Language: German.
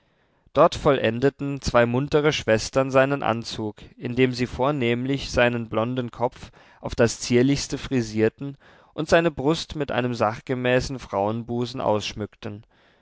dort vollendeten zwei muntere schwestern seinen anzug indem sie vornehmlich seinen blonden kopf auf das zierlichste frisierten und seine brust mit einem sachgemäßen frauenbusen ausschmückten